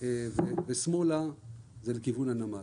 ושמאלה זה לכיוון הנמל.